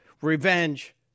revenge